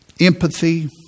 empathy